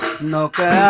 loca